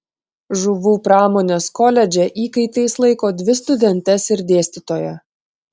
žuvų pramonės koledže įkaitais laiko dvi studentes ir dėstytoją